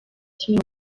kimwe